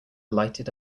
lighted